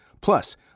Plus